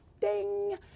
ding